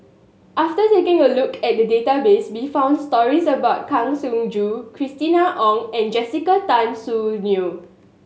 after taking a look at the database we found stories about Kang Siong Joo Christina Ong and Jessica Tan Soon Neo